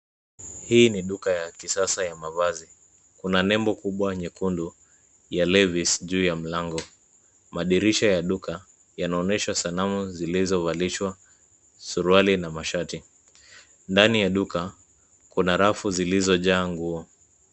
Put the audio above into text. Hii ni duka ya kisasa ya mavazi. Kuna nembo kubwa nyekundu ya levis juu ya mlango. Madirisha ya duka yanaonyesha sanamu zilizovalishwa suruali na masharti. Ndani ya duka kuna rafu zilizojaa nguo.